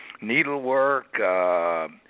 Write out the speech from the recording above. needlework